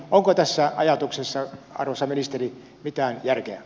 onko tässä ajatuksessa arvoisa ministeri mitään järkeä